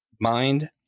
mind